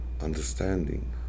understanding